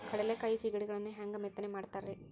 ಕಡಲೆಕಾಯಿ ಸಿಗಡಿಗಳನ್ನು ಹ್ಯಾಂಗ ಮೆತ್ತನೆ ಮಾಡ್ತಾರ ರೇ?